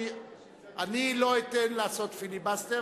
אני לא אתן לעשות פיליבסטר,